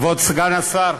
כבוד סגן השר,